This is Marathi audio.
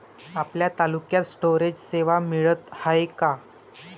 आपल्या तालुक्यात स्टोरेज सेवा मिळत हाये का?